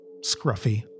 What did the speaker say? scruffy